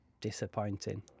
Disappointing